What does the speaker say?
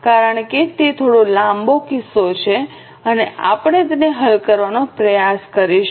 કારણ કે તે થોડો લાંબી કિસ્સો છે અને આપણે તેને હલ કરવાનો પ્રયાસ કરીશું